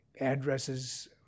addresses